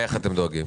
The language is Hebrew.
איך אתם דואגים?